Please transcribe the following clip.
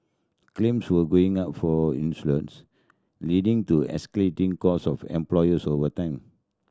claims were going up for insurance leading to escalating cost of employers over time